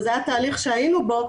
וזה תהליך שהיינו בו,